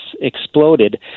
exploded